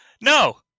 No